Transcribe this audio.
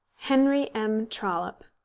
henry m. trollope.